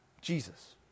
Jesus